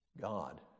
God